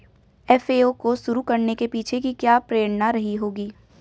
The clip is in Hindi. एफ.ए.ओ को शुरू करने के पीछे की क्या प्रेरणा रही होगी?